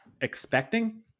expecting